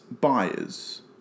buyers